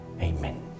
Amen